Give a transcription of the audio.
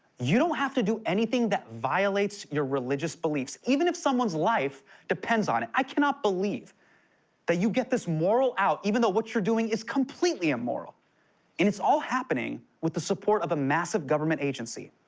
you don't have to do anything that violates your religious beliefs, even if someone's life depends on it. i cannot believe that you get this moral out even though what you're doing is completely immoral. and it's all happening with the support of a massive government agency.